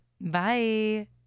Bye